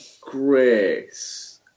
grace